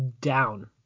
down